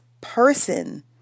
person